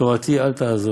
תורתי אל תעזבו'.